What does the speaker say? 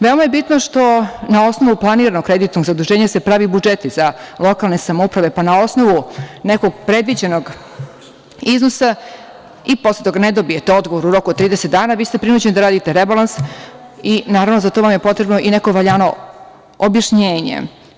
Veoma je bitno jer se na osnovu planiranog kreditnog zaduženja prave budžeti za lokalne samouprave, pa na osnovu nekog predviđenog iznosa i posle ako ne dobijete odgovor u roku od 30 dana vi ste prinuđeni da radite rebalans i naravno za to vam je potrebno i neko valjano objašnjenje.